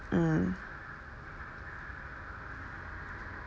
mm